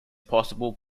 possible